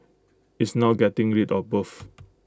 it's now getting rid of both